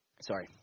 Sorry